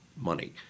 money